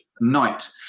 night